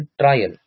trial